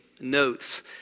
notes